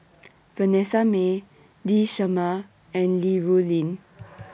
Vanessa Mae Lee Shermay and Li Rulin